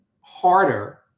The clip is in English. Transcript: harder